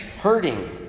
hurting